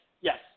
yes